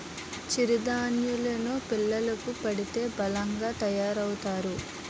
చిరు ధాన్యేలు ను పిల్లలకు పెడితే బలంగా తయారవుతారు